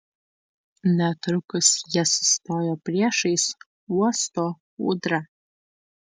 netrukus jie sustojo priešais uosto ūdrą